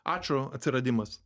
ačo atsiradimas